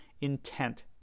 intent